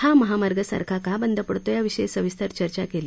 हा महामार्ग सारखा का बंद पडतो याविषयी सविस्तर चर्चा केली